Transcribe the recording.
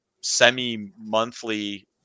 semi-monthly